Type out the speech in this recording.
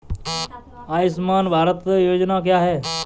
आयुष्मान भारत योजना क्या है?